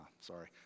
sorry